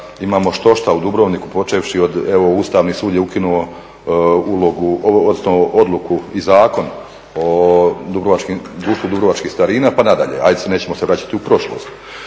imamo štošta u Dubrovniku počevši evo Ustavni sud je ukinuo odluku i zakon o Društvu dubrovačkih starina pa nadalje, ajde nećemo se vraćati u prošlost.